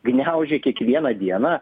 gniaužė kiekvieną dieną